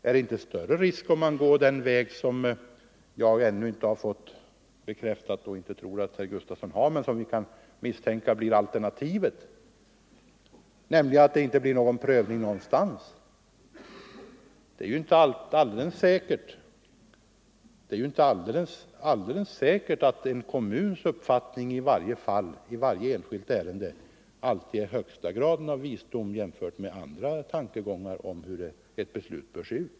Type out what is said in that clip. Är det inte större risk om man går den väg beträffande vilken jag inte har fått bekräftat — och inte tror — att herr Gustavsson förordar den men som vi kan misstänka är alternativet, nämligen att det inte blir någon prövning någonstans? Det är ju inte alldeles säkert att en kommuns uppfattning i varje enskilt ärende är den högsta graden av visdom jämfört med andra tankegångar om hur ett beslut bör se ut.